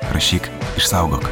rašyk išsaugok